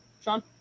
Sean